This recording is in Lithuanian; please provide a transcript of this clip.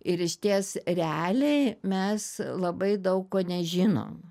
ir išties realiai mes labai daug ko nežinom